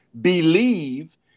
believe